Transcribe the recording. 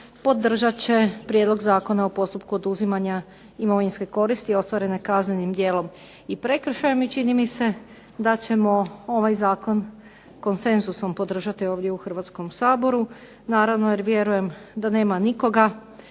podržat će prijedlog Zakona o postupku oduzimanja imovinske koristi ostvarene kaznenim djelom i prekršajem i čini mi se da ćemo ovaj zakon konsenzusom podržati ovdje u Hrvatskom saboru. Naravno, jer vjerujem da nema nikoga